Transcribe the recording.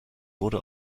wurde